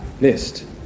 list